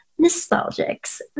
Nostalgics